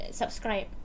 subscribe